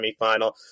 semifinal